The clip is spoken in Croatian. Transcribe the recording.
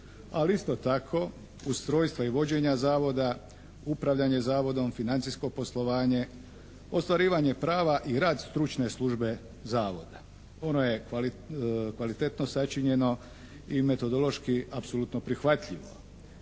ali isto tako ustrojstva i vođenja zavoda, upravljanje zavodom, financijsko poslovanje, ostvarivanje prava i rad stručne službe zavoda. Ono je kvalitetno sačinjeno i metodološki apsolutno prihvatljivo.